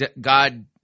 God